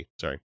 Sorry